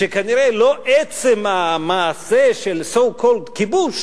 שכנראה לא עצם המעשה של so called כיבוש,